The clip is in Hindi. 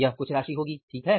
यह कुछ राशि होगी ठीक है